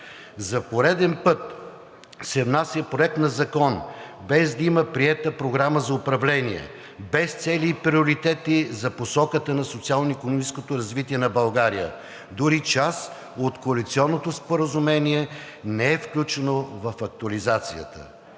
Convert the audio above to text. За пореден път се внася Законопроект, без да има приета програма за управление, без цели и приоритети за посоката на социално-икономическото развитие на България. Дори част от коалиционното споразумение не е включено в актуализацията.